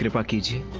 lucky to